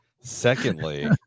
secondly